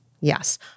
Yes